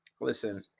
listen